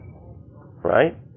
right